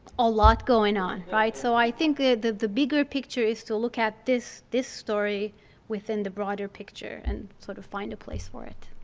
a lot going on, right. so i think the the bigger picture is to look at this this story within the broader picture and sort of find a place for it.